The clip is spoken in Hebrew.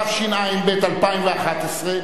התשע"ב 2011,